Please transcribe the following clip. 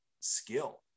skill